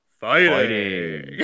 fighting